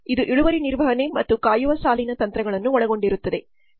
ಇದು ಇಳುವರಿ ನಿರ್ವಹಣೆ ಮತ್ತು ಕಾಯುವ ಸಾಲಿನ ತಂತ್ರಗಳನ್ನು ಒಳಗೊಂಡಿರುತ್ತದೆ